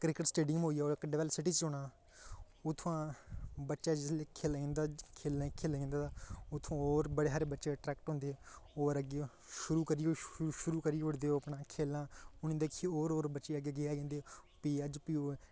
cricket stadium होइया ओह् ते इक डवैल्प सीटी च गै होना उत्थमां दा बच्चा जिसलै खेलनें गी जंदा तां उत्थमां दा होर बड़े सारे बच्चे अट्रैक्ट होंदे ओह् अग्गैं शुरु करी ओ़ड़दे खेलना उनेंगी दिक्खी दिक्खियै होर होर बच्चे अग्गैं आई जंदे फ्ही अज्ज फ्ही